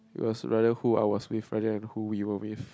it was rather who I was with rather than who you were with